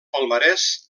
palmarès